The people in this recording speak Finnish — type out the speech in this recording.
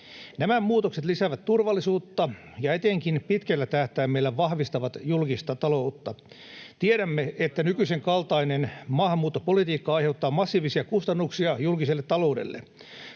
Heikentävät kannattavuutta!] ja etenkin pitkällä tähtäimellä vahvistavat julkista taloutta. Tiedämme, että nykyisen kaltainen maahanmuuttopolitiikka aiheuttaa massiivisia kustannuksia julkiselle taloudelle.